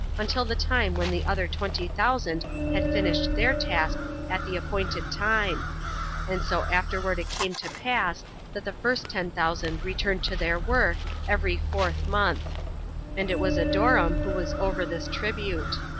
until the time when the other twenty thousand had finished their task at the appointed time and so afterward it came to pass that the first ten thousand returned to their work every fourth month and it was adoram who was over this tribute.